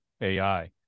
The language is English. AI